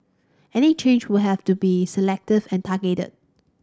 any change would have to be selective and targeted